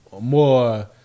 more